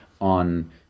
on